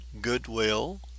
goodwill